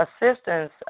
assistance